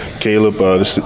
Caleb